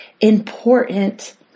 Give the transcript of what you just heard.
important